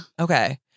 Okay